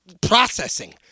processing